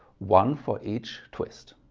one for each twist.